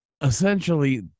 essentially